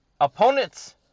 opponent's